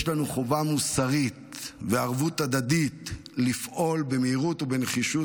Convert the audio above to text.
יש לנו חובה מוסרית וערבות הדדית לפעול במהירות ובנחישות